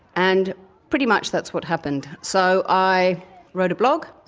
and pretty much that's what happened. so i wrote a blog.